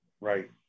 right